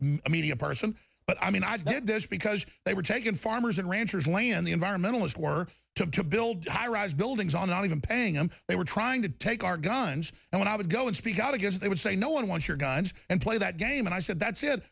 media person but i mean i did this because they were taken farmers and ranchers land the environmentalist were to build high rise buildings are not even paying and they were trying to take our guns and when i would go and speak out against they would say no one wants your guns and play that game and i said that's it